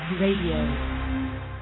radio